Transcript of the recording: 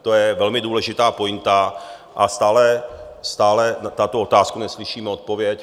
To je velmi důležitá pointa a stále na tuto otázku neslyšíme odpověď.